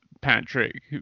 Patrick